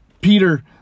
Peter